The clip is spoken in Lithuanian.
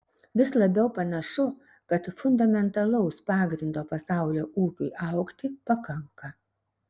vis labiau panašu kad fundamentalaus pagrindo pasaulio ūkiui augti pakanka